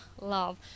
love